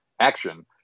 action